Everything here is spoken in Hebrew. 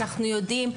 אנחנו יודעים,